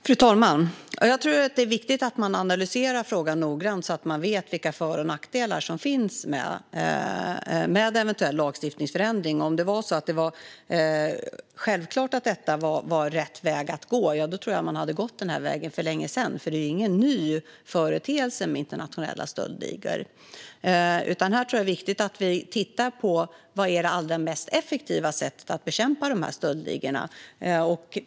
Fru talman! Det är viktigt att vi analyserar frågan noggrant så att vi vet vilka för och nackdelar som finns med en eventuell lagstiftningsförändring. Om det var självklart att detta var rätt väg att gå hade man nog gått denna väg för länge sedan, för internationella stöldligor är ju ingen ny företeelse. Det är viktigt att vi tittar på vilket som är det mest effektiva sättet att bekämpa dessa stöldligor.